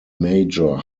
major